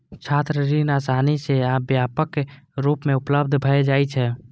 छात्र ऋण आसानी सं आ व्यापक रूप मे उपलब्ध भए जाइ छै